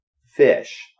fish